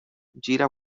gira